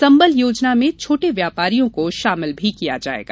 संबल योजना में छोटे व्यापारियों को शामिल किया गया है